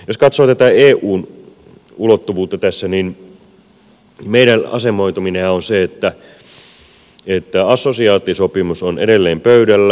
jos katsoo tätä eun ulottuvuutta tässä niin meidän asemoitumisemmehan on se että assosiaatiosopimus on edelleen pöydällä